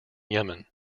yemen